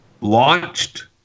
launched